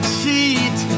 cheat